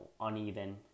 uneven